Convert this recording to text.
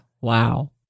wow